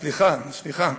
סליחה, סליחה.